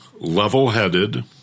level-headed